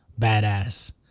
badass